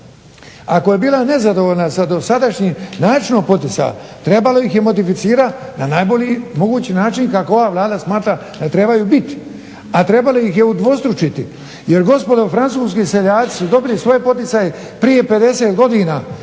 Ako je bila nezadovoljna sa dosadašnjim načinom poticaja trebalo ih je modificirat na najbolji mogući način kako ova Vlada smatra da trebaju biti. A trebalo ih je udvostručiti, jer gospodo francuski seljaci su dobili svoje poticaje prije 50 godina